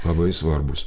labai svarbūs